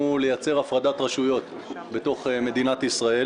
לייצר הפרדת רשויות בתוך מדינת ישראל